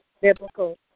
biblical